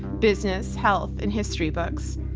business health and history books.